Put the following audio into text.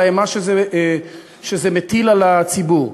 על האימה שזה מטיל על הציבור.